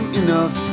enough